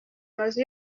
mazu